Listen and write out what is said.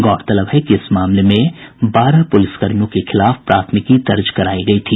गौरतलब है कि इस मामले में बारह पुलिसकर्मियों के खिलाफ प्राथमिकी दर्ज करायी गयी थी